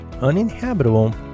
uninhabitable